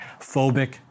phobic